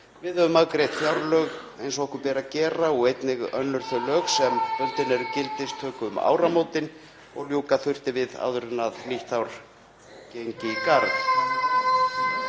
Við höfum afgreitt fjárlög eins og okkur ber að gera og einnig öll þau lög sem bundin eru gildistöku um áramótin og ljúka þurfti við áður en nýtt ár gengi í garð.